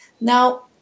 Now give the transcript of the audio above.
Now